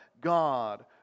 God